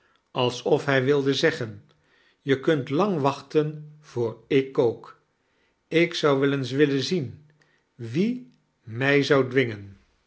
alsof hij wilde zeggen je kunt lang wachten voor ik kook ik zou wel eens willen zien wie mij zou dwingen